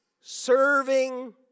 serving